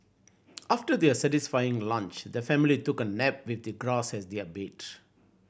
after their satisfying lunch the family took a nap with the grass as their bed